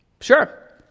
sure